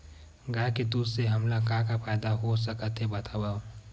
गाय के दूध से हमला का का फ़ायदा हो सकत हे बतावव?